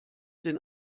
den